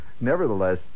nevertheless